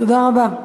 תודה רבה.